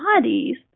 bodies